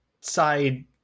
side